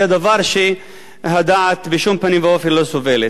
זה דבר שהדעת בשום פנים ואופן לא סובלת.